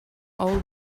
all